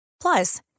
Plus